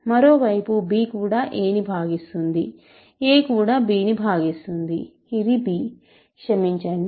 మరోవైపు b కూడా a ని భాగిస్తుంది a కూడా b ని భాగిస్తుంది ఇది b క్షమించండి